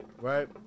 right